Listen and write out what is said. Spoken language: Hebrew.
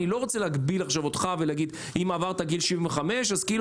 אני לא רוצה להגביל עכשיו אותך ולהגיד אם עברת גיל 75 אז כאילו